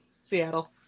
Seattle